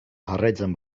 jarraitzen